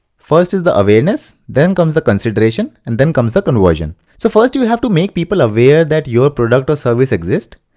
first is the awareness, then comes the consideration and then comes the conversion. so first you have to make people aware that your product or services exist.